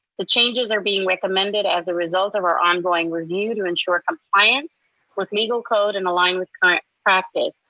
the changes are being recommended as a result of our ongoing review to ensure compliance with legal code and align with current practice.